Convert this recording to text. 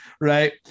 right